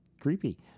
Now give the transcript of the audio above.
creepy